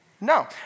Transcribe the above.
No